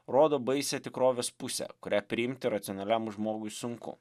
rodo baisią tikrovės pusę kurią priimti racionaliam žmogui sunku